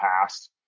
past